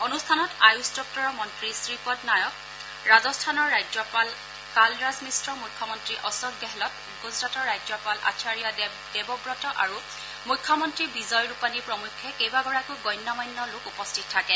অনুষ্ঠানত আয়ুস দপ্তৰৰ মন্ত্ৰী শ্ৰীপদ নায়ক ৰাজস্থানৰ ৰাজ্যপাল কালৰাজ মিশ্ৰ মুখ্যমন্ত্ৰী অশোক গেহলোট গুজৰাটৰ ৰাজ্যপাল আচাৰ্য দেৱৱত আৰু মুখ্যমন্ত্ৰী বিজয় ৰূপানী প্ৰমুখ্যে কেইবাগৰাকীও গণ্য মান্য লোক উপস্থিত থাকে